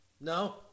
No